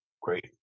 great